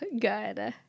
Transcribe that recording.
Good